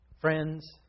friends